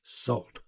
Salt